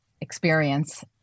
experience